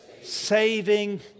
Saving